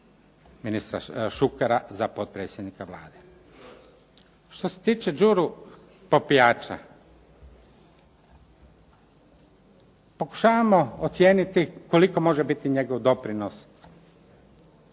ministra Šukera za potpredsjednika Vlade. Što se tiče Đure Popijača, pokušavamo ocijeniti koliko može biti njegov doprinos